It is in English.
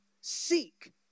seek